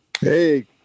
Hey